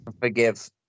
forgive